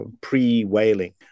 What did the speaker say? pre-whaling